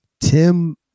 Tim